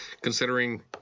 considering